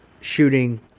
shooting